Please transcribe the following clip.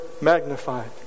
magnified